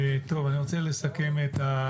אני רוצה לסכם את הדין.